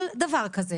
כל דבר כזה,